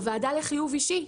הוועדה לחיוב אישי,